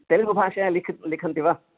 तेलुगुभाषया लिखन्ति वाण